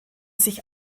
sich